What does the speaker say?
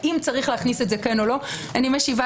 האם צריך להכניס את זה או לא אני משיבה